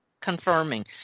confirming